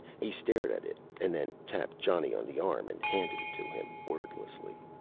he stared at it and then tapped johnny on the arm and handed it to him, wordlessly.